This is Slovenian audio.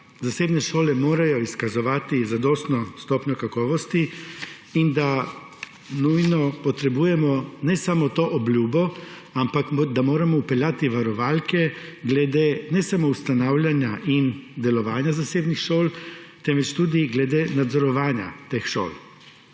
zasebne šole morajo izkazovati zadostno stopnjo kakovosti in da nujno potrebujemo ne samo to obljubo, ampak da moramo vpeljati varovalke glede ne samo ustanavljanja in delovanja zasebnih šol, temveč tudi glede nadzorovanja teh šol.